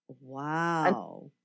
Wow